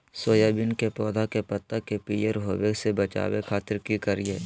Soybean के पौधा के पत्ता के पियर होबे से बचावे खातिर की करिअई?